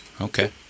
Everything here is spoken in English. Okay